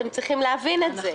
אתם צריכים להבין את זה.